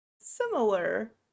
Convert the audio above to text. similar